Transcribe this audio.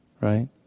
right